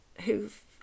who've